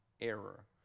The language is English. error